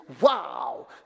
Wow